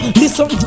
listen